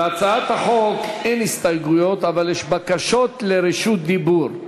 להצעת החוק אין הסתייגויות אבל יש בקשות לרשות דיבור.